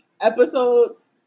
episodes